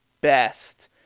best